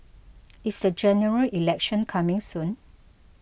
is the General Election coming soon